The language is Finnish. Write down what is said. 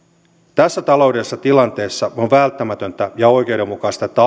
tässä taloudellisessa tilanteessa on välttämätöntä ja oikeudenmukaista että